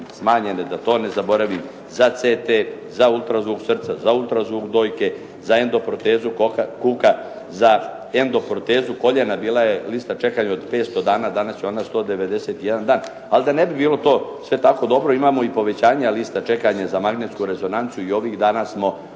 smanjene, da to ne zaboravim, za CT, za ultrazvuk srca, za ultrazvuk dojke, za endoprotezu kuka. Za endoprotezu koljena bila je lista čekanja od 500 dana, danas je ona 191 dan. Ali da ne bi bilo to sve tako dobro, imamo i povećanja lista čekanja za magnetsku rezonancu i ovih dana smo